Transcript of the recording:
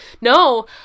No